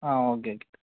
ആ okay okay